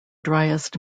driest